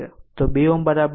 તો 2 Ω બરાબર છે